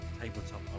tabletop